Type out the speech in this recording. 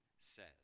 says